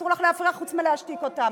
אסור לך להפריע חוץ מלהשתיק אותם.